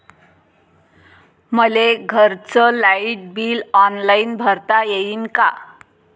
मले घरचं light bill online भरता येईन का?